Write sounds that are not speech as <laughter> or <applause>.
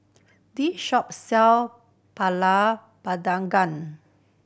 this shop sell pulut <unintelligible>